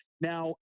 Now